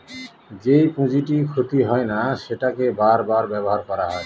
যেই পুঁজিটি ক্ষতি হয় না সেটাকে বার বার ব্যবহার করা হয়